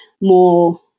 more